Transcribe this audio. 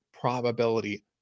probability